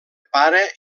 pare